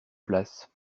place